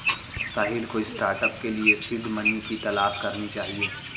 साहिल को स्टार्टअप के लिए सीड मनी की तलाश करनी चाहिए